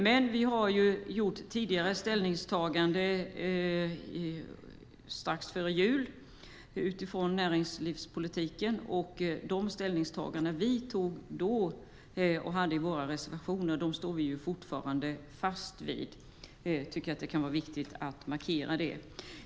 Men vi gjorde strax före jul ställningstaganden i fråga om näringslivspolitiken, och de ställningstaganden som vi då gjorde och framförde i våra reservationer står vi fortfarande fast vid. Jag tycker att det är viktigt att markera det.